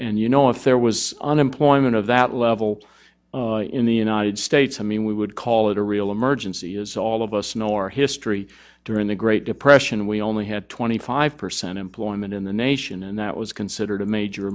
and you know if there was unemployment of that level in the united states i mean we would call it a real emergency as all of us know our history during the great depression we only had twenty five percent employment in the nation and that was considered a major